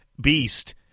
beast